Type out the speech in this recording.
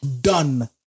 done